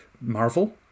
Marvel